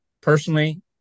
personally